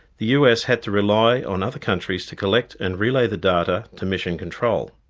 the us had to rely on other countries to collect and relay the data to mission control.